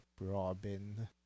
Robin